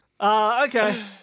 Okay